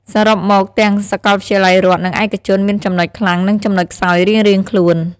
សរុបមក ទាំងសាកលវិទ្យាល័យរដ្ឋ និងឯកជនមានចំណុចខ្លាំងនិងចំណុចខ្សោយរៀងៗខ្លួន។